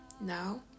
Now